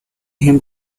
him